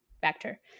vector